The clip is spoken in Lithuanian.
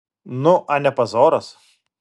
nu a ne pazoras